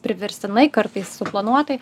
priverstinai kartais suplanuotai